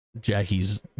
Jackie's